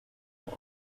more